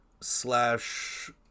slash